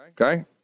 Okay